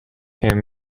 him